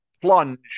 plunge